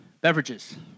Beverages